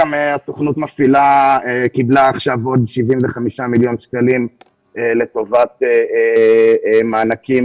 הסוכנות קיבלה עכשיו עוד 75 מיליון שקלים לטובת מענקים,